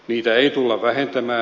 niitä ei tulla vähentämään